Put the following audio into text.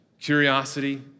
curiosity